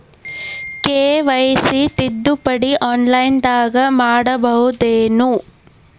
KYC ತಿದ್ದುಪಡಿ ಆನ್ಲೈನದಾಗ್ ಮಾಡ್ಬಹುದೇನು?